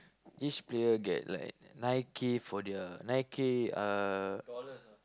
each player get like nine K for their nine K uh